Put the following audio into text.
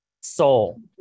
soul